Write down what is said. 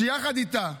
שיחד איתה,